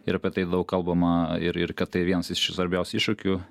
ir apie tai daug kalbama ir ir kad tai vienas iš svarbiausių iššūkių